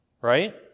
right